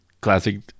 Classic